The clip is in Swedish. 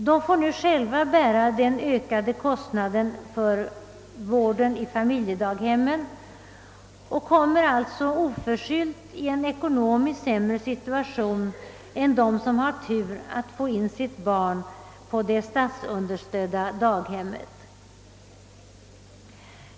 Dessa får nu själva bära den ökade kostnaden för vården i familjedaghem och kommer alltså oförskyllt i ett ekonomiskt sämre läge än de som har turen att få in sitt barn på det statsunderstödda daghemmet.